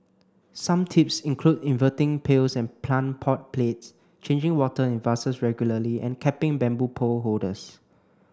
some tips include inverting pails and plant pot plates changing water in vases regularly and capping bamboo pole holders